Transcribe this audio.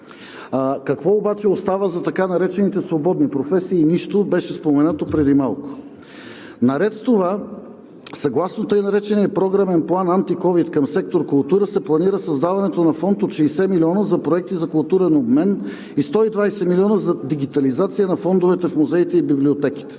Какво обаче остава за така наречените свободни професии? Нищо! Беше споменато преди малко. Наред с това съгласно така наречения Програмен план "Антиковид" към сектор „Култура“ се планира създаването на фонд от 60 милиона за проекти за културен обмен и 120 милиона за дигитализация на фондовете в музеите и библиотеките.